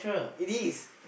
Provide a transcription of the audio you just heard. it is